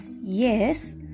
yes